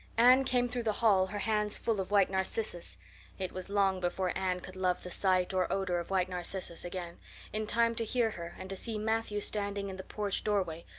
anne came through the hall, her hands full of white narcissus it was long before anne could love the sight or odor of white narcissus again in time to hear her and to see matthew standing in the porch doorway,